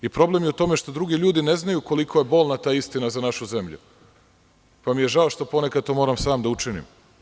Problem je što drugi ljudi ne znaju koliko je bolna ta istina za našu zemlju, pa mi je žao što ponekad moram sam da učinim.